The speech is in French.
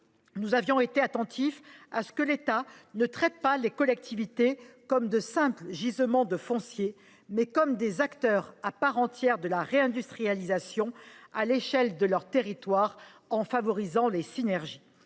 nous avions été attentifs à ce que l’État traite les collectivités non pas comme de simples gisements de foncier, mais comme des acteurs à part entière de la réindustrialisation, à l’échelle de leur territoire, en favorisant les synergies.